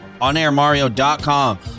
onairmario.com